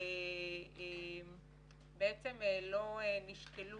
ובעצם לא נשקלה